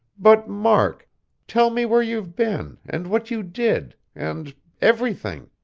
but, mark tell me where you've been, and what you did, and everything.